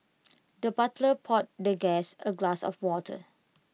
the butler poured the guest A glass of water